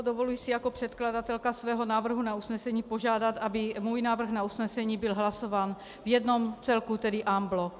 Dovoluji si jako předkladatelka svého návrhu na usnesení požádat, aby i můj návrh na usnesení byl hlasován v jednom celku, tedy en bloc.